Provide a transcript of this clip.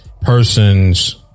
Person's